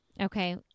Okay